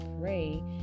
pray